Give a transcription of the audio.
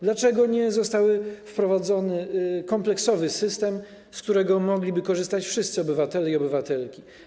Dlaczego nie został wprowadzony kompleksowy system, z którego mogliby korzystać wszyscy obywatele i obywatelki?